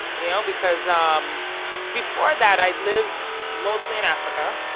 you know, because um before that, i'd lived mostly in africa